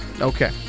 Okay